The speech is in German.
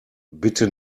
bitte